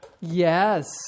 Yes